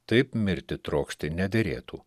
taip mirtį trokšti nederėtų